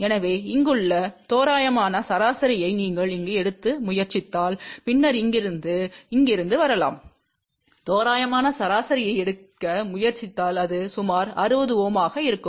எனவே இங்குள்ள தோராயமான சராசரியை நீங்கள் இங்கு எடுக்க முயற்சித்தால் பின்னர் இங்கிருந்து இங்கிருந்து வரலாம் தோராயமான சராசரியை எடுக்க முயற்சித்தால் அது சுமார் 60 Ω ஆக இருக்கும்